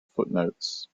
footnotes